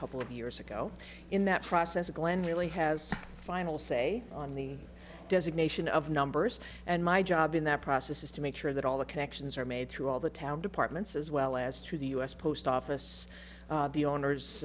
couple of years ago in that process glen really has final say on the designation of numbers and my job in that process is to make sure that all the connections are made through all the town departments as well as through the us post office the owners